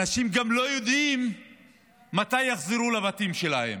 אנשים גם לא יודעים מתי יחזרו לבתים שלהם.